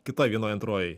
kitoj vienoj antrojoj